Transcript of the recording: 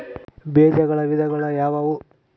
ಬೇಜಗಳ ವಿಧಗಳು ಯಾವುವು?